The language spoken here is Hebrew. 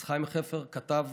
אז חיים חפר כתב